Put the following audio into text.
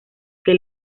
que